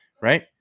right